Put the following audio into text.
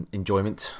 enjoyment